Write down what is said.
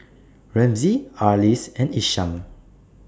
Ramsey Arlis and Isham